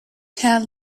tell